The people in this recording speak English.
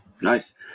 Nice